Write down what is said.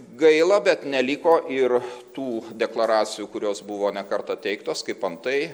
gaila bet neliko ir tų deklaracijų kurios buvo ne kartą teiktos kaip antai